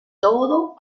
todo